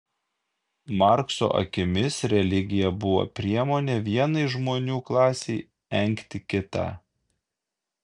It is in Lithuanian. markso akimis religija buvo priemonė vienai žmonių klasei engti kitą